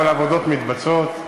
אבל העבודות מתבצעות,